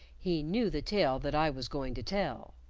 he knew the tale that i was going to tell.